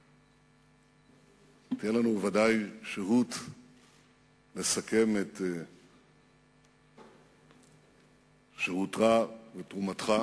עוד תהיה לנו ודאי שהות לסכם את שירותך ותרומתך